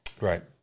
right